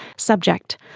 subject.